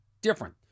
different